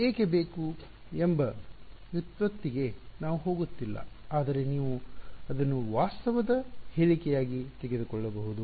ಇದು ಏಕೆ ಬೇಕು ಎಂಬ ವ್ಯುತ್ಪತ್ತಿಗೆ ನಾವು ಹೋಗುತ್ತಿಲ್ಲ ಆದರೆ ನೀವು ಅದನ್ನು ವಾಸ್ತವದ ಹೇಳಿಕೆಯಾಗಿ ತೆಗೆದುಕೊಳ್ಳಬಹುದು